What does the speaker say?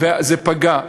זה פגע.